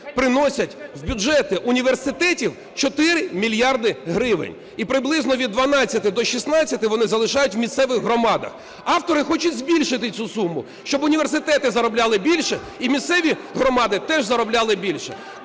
приносять в бюджети університетів 4 мільярди гривень і приблизно від 12 до 16 вони залишають в місцевих громадах. Автори хочуть збільшити цю суму, щоби університети заробляли більше і місцеві громади теж заробляли більше.